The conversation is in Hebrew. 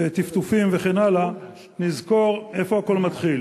וטפטופים וכן הלאה, נזכור איפה הכול מתחיל.